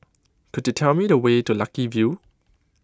could you tell me the way to Lucky View